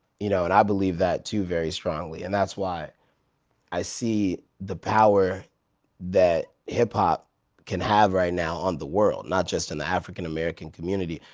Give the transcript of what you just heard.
you know and i believe that too very strongly. and that's why i see the power that hip hop can have right now on the world, not just in the african american community.